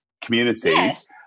communities